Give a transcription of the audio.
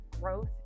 growth